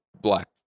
Black